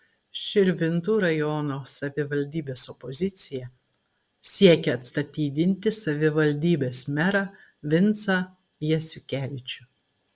širvintų rajono savivaldybės opozicija siekia atstatydinti savivaldybės merą vincą jasiukevičių